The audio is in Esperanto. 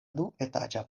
duetaĝa